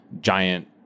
giant